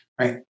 right